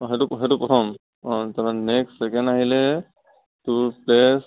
অঁ সেইটো সেইটো প্ৰথম অঁ তাৰ পা নেক্সট ছেকেণ্ড আহিলে তোৰ প্লেছ